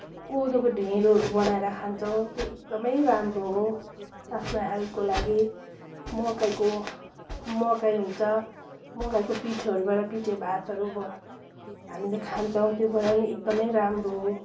कोदोको ढिँडोहरू बनाएर खान्छौँ त्यो एकदमै राम्रो हो आफ्नो हेल्थको लागि मकैको मकै हुन्छ मकैको पिठोहरूबाट पिठे भातहरू हामीले खान्छौँ त्यो कुरा पनि एकदमै राम्रो हो